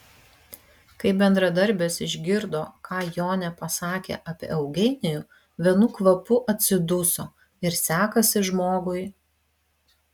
kai bendradarbės išgirdo ką jonė pasakė apie eugenijų vienu kvapu atsiduso ir sekasi žmogui